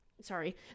sorry